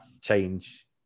change